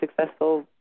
successful